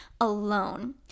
alone